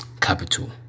Capital